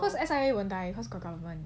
cause S_I_A will die cause got problem